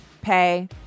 pay